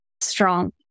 strong